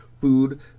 food